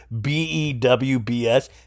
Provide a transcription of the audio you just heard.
B-E-W-B-S